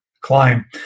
climb